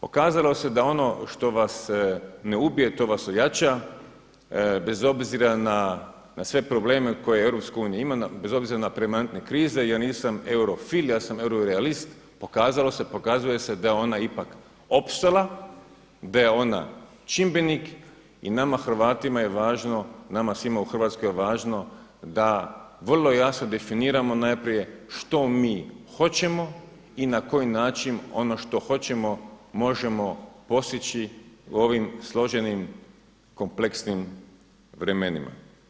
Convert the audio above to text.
Pokazalo se da ono što vas ne ubije to vas ojača, bez obzira na sve probleme koje EU ima, bez obzira na … krize, ja nisam eurofil, ja sam euro realist, pokazalo se, pokazuje se da je ona ipak opstala, da je ona čimbenik i nama Hrvatima je važno i nama svima u Hrvatskoj je važno da vrlo jasno definiramo najprije što mi hoćemo i na koji način ono što hoćemo možemo postići u ovim složenim kompleksnim vremenima.